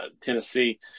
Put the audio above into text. Tennessee